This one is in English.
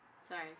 Sorry